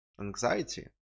anxiety